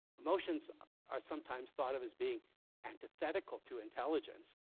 emotions are sometimes thought of as being antithetical to intelligence.